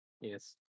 Yes